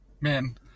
Man